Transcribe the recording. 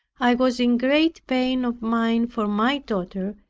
i was in great pain of mind for my daughter,